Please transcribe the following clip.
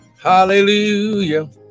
Hallelujah